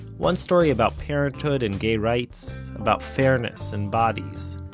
one story about parenthood and gay rights, about fairness and bodies,